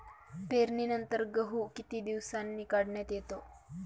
पेरणीनंतर किती दिवसांनी गहू काढण्यात येतो?